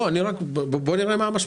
גם וגם.